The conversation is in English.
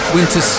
Winter